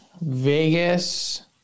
Vegas –